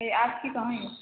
हे आब कि कहबै यइ